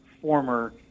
former